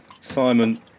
Simon